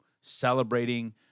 celebrating